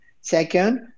Second